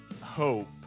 hope